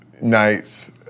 nights